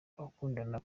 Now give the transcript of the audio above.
abakundana